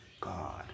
god